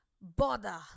Bother